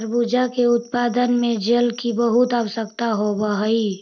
तरबूजा के उत्पादन में जल की बहुत आवश्यकता होवअ हई